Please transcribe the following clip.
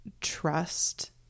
trust